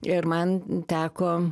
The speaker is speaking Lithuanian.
ir man teko